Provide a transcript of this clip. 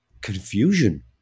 confusion